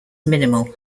minimal